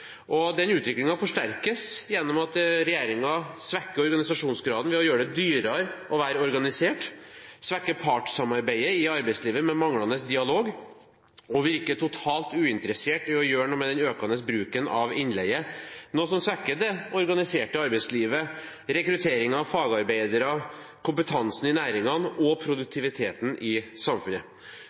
Den utviklingen forsterkes gjennom at regjeringen svekker organisasjonsgraden ved å gjøre det dyrere å være organisert, svekker partssamarbeidet i arbeidslivet med manglende dialog og virker totalt uinteressert i å gjøre noe med den økende bruken av innleie, noe som svekker det organiserte arbeidslivet, rekruttering av fagarbeidere, kompetansen i næringene og produktiviteten i samfunnet.